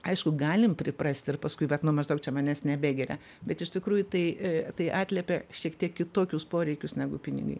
aišku galim priprasti ir paskui bet nu maždaug čia manęs nebegiria bet iš tikrųjų tai tai atliepia šiek tiek kitokius poreikius negu pinigai